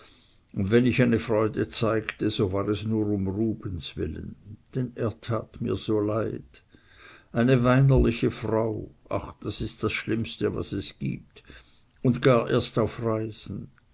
und wenn ich eine freude zeigte so war es nur um rubens willen denn er tat mir so leid eine weinerliche frau ach das ist das schlimmste was es gibt und gar erst auf reisen